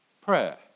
prayer